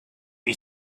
you